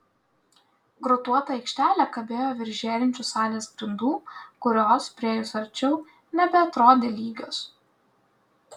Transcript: grotuota aikštelė kabėjo virš žėrinčių salės grindų kurios priėjus arčiau nebeatrodė lygios